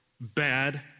bad